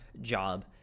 job